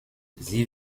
sie